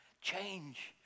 Change